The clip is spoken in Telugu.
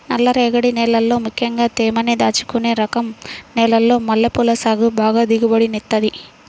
నల్లరేగడి నేలల్లో ముక్కెంగా తేమని దాచుకునే రకం నేలల్లో మల్లెపూల సాగు బాగా దిగుబడినిత్తది